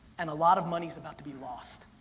and a lot of money's about to be lost.